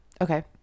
Okay